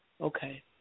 okay